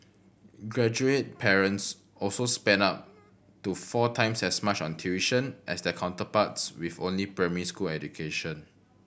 graduate parents also spent up to four times as much on tuition as their counterparts with only primary school education